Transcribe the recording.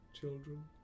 children